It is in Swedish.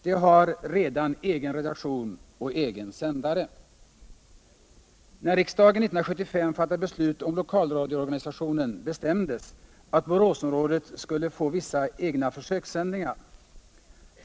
Det har redan egen redaktion och egen sändare. Nir riksdagen 1975 fattade beslut om lokalradioorganisationen bestämdes att Boråsområdet skulle få vissa egna försökssändningar.